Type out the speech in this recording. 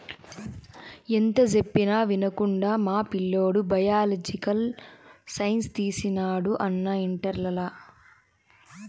ఎంత చెప్పినా వినకుండా మా పిల్లోడు బయలాజికల్ సైన్స్ తీసినాడు అన్నా ఇంటర్లల